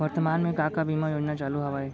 वर्तमान में का का बीमा योजना चालू हवये